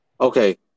okay